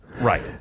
Right